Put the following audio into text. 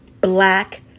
black